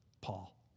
Paul